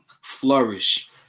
flourish